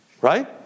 right